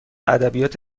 ادبیات